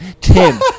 tim